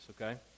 okay